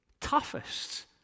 toughest